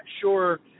sure